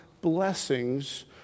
blessings